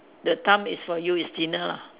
the time is for you is dinner lah